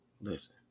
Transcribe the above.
listen